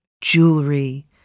jewelry